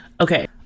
Okay